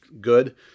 good